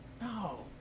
No